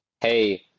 hey